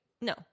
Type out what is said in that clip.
No